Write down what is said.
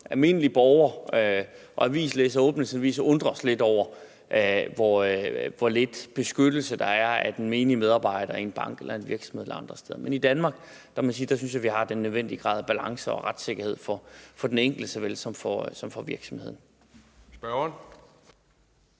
udlandet er nogle lande, hvor man kan så undre sig lidt over, hvor lidt beskyttelse der er af den menige medarbejder i en bank eller i en anden virksomhed eller andre steder. Men i Danmark må jeg sige at jeg synes vi har den nødvendige grad af balance og retssikkerhed for den enkelte såvel som for virksomheden. Kl.